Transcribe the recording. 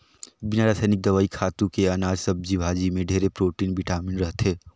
बिना रसइनिक दवई, खातू के अनाज, सब्जी भाजी में ढेरे प्रोटिन, बिटामिन रहथे